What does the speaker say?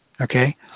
Okay